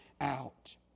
out